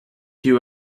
you